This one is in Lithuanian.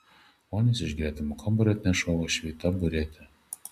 onis iš gretimo kambario atneša uošvei taburetę